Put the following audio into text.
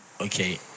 Okay